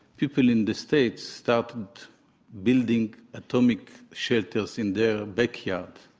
people in the states started building atomic shelters in their back yards.